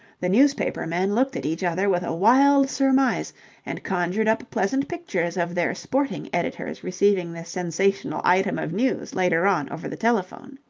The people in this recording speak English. the newspaper men looked at each other with a wild surmise and conjured up pleasant pictures of their sporting editors receiving this sensational item of news later on over the telephone.